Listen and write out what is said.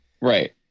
Right